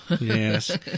Yes